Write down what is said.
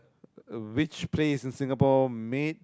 uh which place in Singapore made